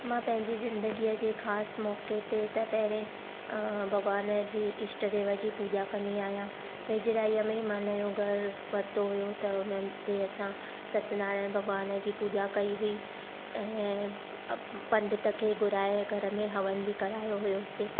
मां पहिंजी ज़िंदगीअ जे ख़ासि मौक़े ते त पहिरीं भॻवान जी इष्ट देव जी पूॼा कंदी आहियां वेझराईअ में मां नओं घरु वरितो हुयो त हुननि ते असां सतनारायण भॻवान जी पूॼा कई हुई ऐं पंडित खे घुराऐ करे घर में हवन बि करायो हुयोसे